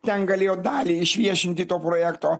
ten galėjo dalį išviešinti to projekto